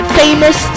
famous